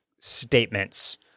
statements